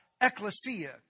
ecclesia